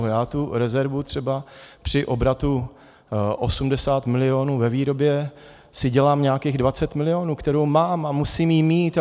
Já tu rezervu třeba při obratu 80 milionů ve výrobě si dělám nějakých 20 milionů, kterou mám a musím ji mít.